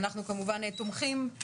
אנחנו כמובן תומכים.